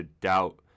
doubt